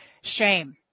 Shame